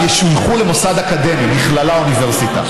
הם ישויכו למוסד אקדמי, מכללה או אוניברסיטה.